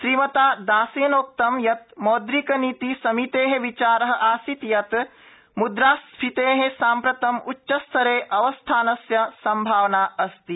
श्रीमता दासेनोक्तं यत मौद्रिक नीति समितेः विचार आसीत यत मुद्रास्फीतेः साम्प्रतं उच्चस्तरे अवस्थानस्य सम्भावना अस्ति